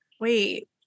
wait